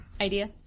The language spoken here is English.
idea